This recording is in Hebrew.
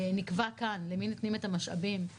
נקבע כאן, למי נותנים את המשאבים.